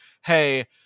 hey